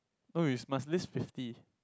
oh you must list fifty